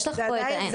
יש לך פה את זה,